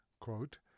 quote